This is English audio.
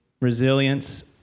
Resilience